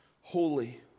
holy